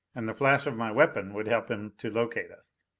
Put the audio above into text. and the flash of my weapon would help him to locate us.